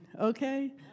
okay